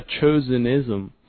Chosenism